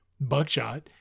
buckshot